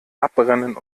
abbrennen